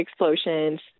explosions